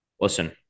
Listen